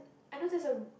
I know there's a